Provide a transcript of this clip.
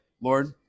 Lord